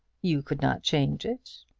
you could not change it.